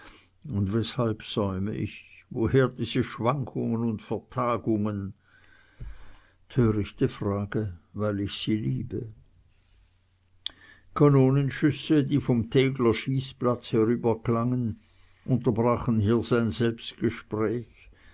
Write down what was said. und weshalb säume ich woher diese schwankungen und vertagungen törichte frage weil ich sie liebe kanonenschüsse die vom tegler schießplatz herüberklangen unterbrachen hier sein selbstgespräch